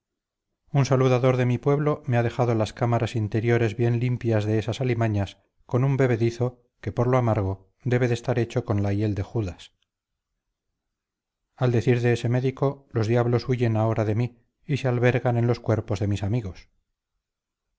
un saludador de mi pueblo me ha dejado las cámaras interiores bien limpias de esas alimañas con un bebedizo que por lo amargo debe de estar hecho con la hiel de judas al decir de ese médico los diablos huyen ahora de mí y se albergan en los cuerpos de mis amigos